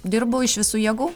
dirbu iš visų jėgų